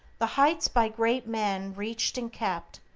the heights by great men reached and kept,